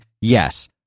yes